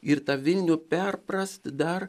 ir tą vilnių perprast dar